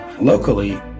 locally